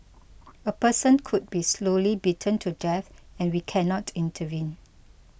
a person could be slowly beaten to death and we cannot intervene